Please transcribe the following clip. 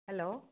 hello